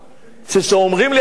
כשאומרים לי על המסתננים,